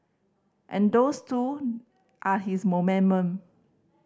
and those too are his